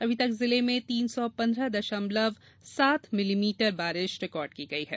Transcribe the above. अभी तक जिले में तीन सौ पंद्रह दशमलव सात मिलीमीटर बारिश रिकॉर्ड की गई है